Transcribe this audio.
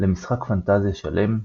למשחק פנטזיה שלם,